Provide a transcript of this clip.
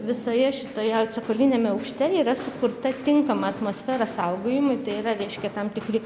visoje šitoje cokoliniame aukšte yra sukurta tinkama atmosfera saugojimui tai yra reiškia tam tikri